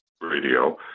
radio